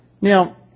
Now